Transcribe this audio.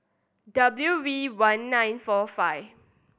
W V one nine four five